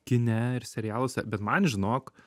kine ir serialuose bet man žinok